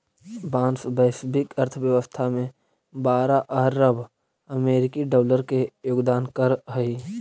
बाँस वैश्विक अर्थव्यवस्था में बारह अरब अमेरिकी डॉलर के योगदान करऽ हइ